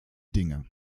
dinge